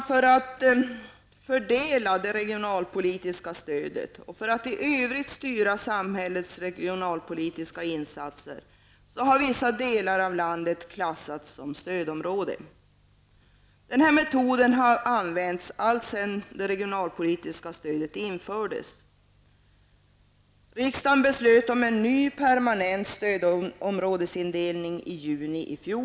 För att fördela det regionalpolitiska stödet och för att i övrigt styra samhällets regionalpolitiska insatser har vissa delar av landet klassats som stödområde. Denna metod har använts alltsedan det regionalpolitiska stödet infördes. Riksdagen beslöt om en ny permanent stödområdesindelning i juni i fjol.